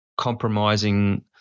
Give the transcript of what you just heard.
compromising